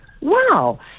wow